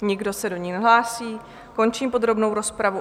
Nikdo se do ní nehlásí, končím podrobnou rozpravu.